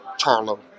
Charlo